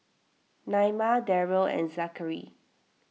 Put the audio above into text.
Naima Darell and Zachary